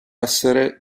essere